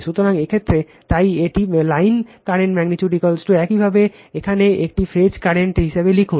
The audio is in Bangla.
সুতরাং এই ক্ষেত্রে তাই এটি লাইন কারেন্ট ম্যাগনিটিউড একইভাবে এখানে একটি ফেজ কারেন্ট হিসাবে লিখুন